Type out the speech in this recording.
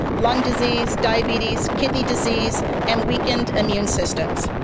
lung disease diabetes kidney disease and weakened immune systems.